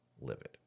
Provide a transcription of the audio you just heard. livid